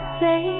say